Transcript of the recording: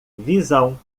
visão